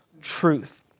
truth